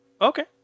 Okay